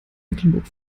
mecklenburg